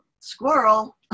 squirrel